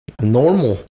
normal